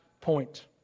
point